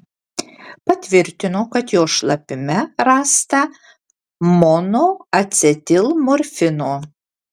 patvirtino kad jo šlapime rasta monoacetilmorfino